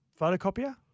photocopier